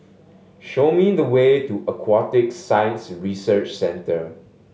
show me the way to Aquatic Science Research Centre